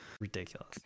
Ridiculous